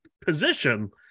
position